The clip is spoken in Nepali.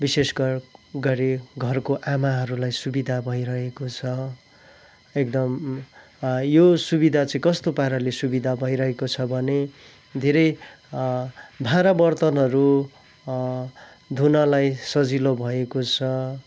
विशेष गर गरी घरको आमाहरूलाई सुविधा भइरहेको छ एकदम यो सुविधा चाहिँ कस्तो पाराले सुविधा भइरहेको छ भने धेरै भाँडा बर्तनहरू धुनलाई सजिलो भएको छ